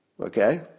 Okay